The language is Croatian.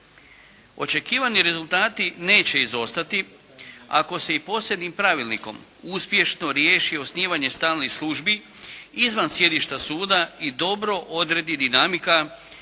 Očekivani rezultati neće izostati. Ako se i posebnim pravilnikom uspješno riješi osnivanje stalnih službi izvan sjedišta suda i dobro odredi dinamika